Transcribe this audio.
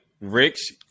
Rich